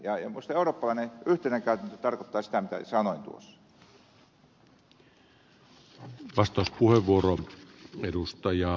minusta eurooppalainen yhtenäinen käytäntö tarkoittaa sitä mitä sanoin tuossa